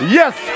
yes